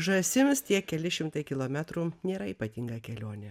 žąsims tie keli šimtai kilometrų nėra ypatinga kelionė